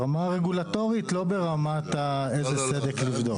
ברמה הרגולטורית, לא ברמה של איזה סדק לבדוק.